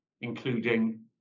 including